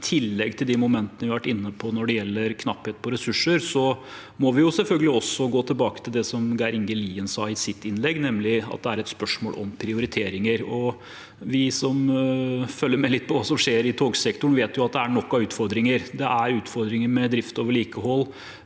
i tillegg til de momentene vi har vært inne på når det gjelder knapphet på ressurser, må vi selvfølgelig også gå tilbake til det Geir Inge Lien sa i sitt innlegg, nemlig at det er et spørsmål om prioriteringer. Vi som følger litt med på hva som skjer i togsektoren, vet jo at det er nok av utfordringer. Det er utfordringer med drift og vedlikehold,